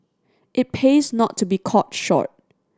it pays not to be caught short